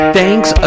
Thanks